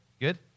Good